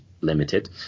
limited